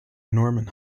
norman